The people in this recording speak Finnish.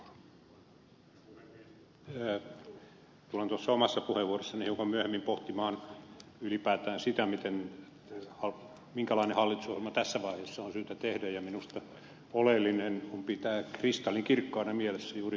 tulen tuossa omassa puheenvuorossani hiukan myöhemmin pohtimaan ylipäätään sitä minkälainen hallitusohjelma tässä vaiheessa on syytä tehdä ja minusta oleellista on pitää kristallinkirkkaana mielessä juuri tuo mihin ed